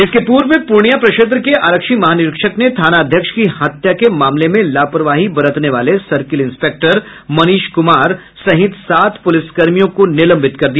इसके पूर्व पूर्णिया प्रक्षेत्र के आरक्षी महानिरीक्षक ने थाना अध्यक्ष की हत्या के मामले में लापरवाही बरतने वाले सर्किल इंस्पेक्टर मनीष कुमार सहित सात पुलिसकर्मियों को निलंबित कर दिया